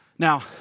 Now